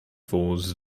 volgens